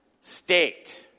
state